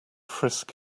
frisk